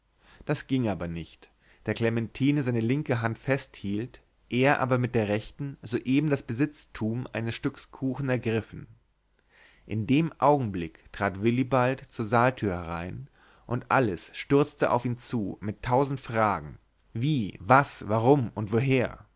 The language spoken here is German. das ging aber nicht da clementine seine linke hand festhielt er aber mit der rechten soeben das besitztum eines stücks kuchen ergriffen in dem augenblick trat willibald zur saaltür herein und alles stürzte auf ihn zu mit tausend fragen wie was warum und woher